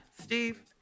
Steve